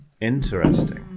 Interesting